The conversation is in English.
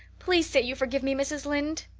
please say you forgive me, mrs. lynde.